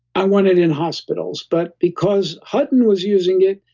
i want it in hospitals. but because hutton was using it,